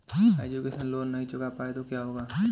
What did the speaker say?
Education loan नहीं चुका पाए तो क्या होगा?